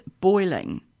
boiling